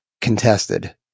contested